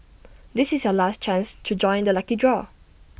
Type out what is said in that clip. this is your last chance to join the lucky draw